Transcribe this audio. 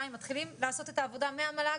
2. מתחילים לעשות את העבודה מהמל"ג.